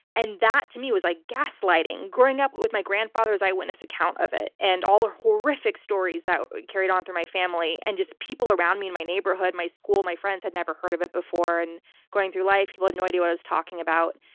and that, to me, was like gaslighting, growing up with my grandfather's eyewitness account of it and all the horrific stories that carried on through my family and people around me in my neighborhood, my school, my friends had never heard of it before. and going through life, people had no idea what i was talking about.